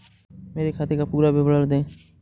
मेरे खाते का पुरा विवरण दे?